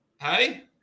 Hey